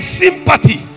sympathy